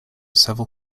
several